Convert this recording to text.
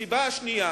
הסיבה השנייה